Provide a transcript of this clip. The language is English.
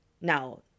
now